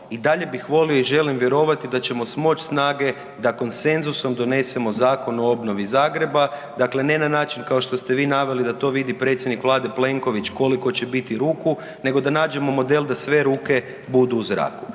i dalje bih volio i želim vjerovati da ćemo smoći snage da konsenzusom donesemo Zakon o obnovi Zagreba. Dakle, ne na način kao što ste vi naveli, da to vidi predsjednik Vlade, Plenković, koliko će biti ruku, nego da nađemo model da sve ruke budu u zraku.